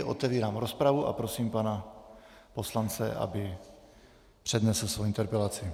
Otevírám rozpravu a prosím pana poslance, aby přednesl svou interpelaci.